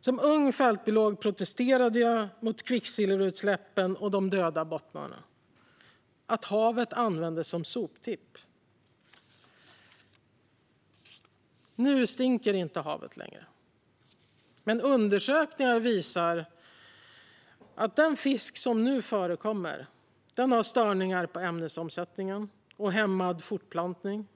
Som ung fältbiolog protesterade jag mot kvicksilverutsläppen och de döda bottnarna och mot att havet användes som soptipp. Nu stinker inte havet längre, men undersökningar visar att den fisk som nu förekommer har störningar i ämnesomsättningen och hämmad fortplantning.